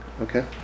okay